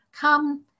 come